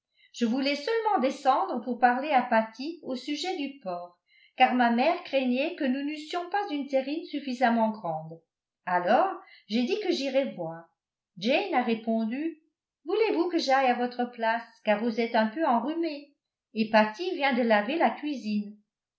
je voulais seulement descendre pour parler à patty au sujet du porc car ma mère craignait que nous n'eussions pas une terrine suffisamment grande alors j'ai dit que j'irais voir jane a répondu voulez-vous que j'aille à votre place car vous êtes un peu enrhumée et patty vient de laver la cuisine